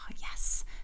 yes